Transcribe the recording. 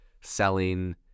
selling